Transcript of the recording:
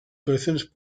colecciones